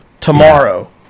tomorrow